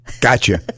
Gotcha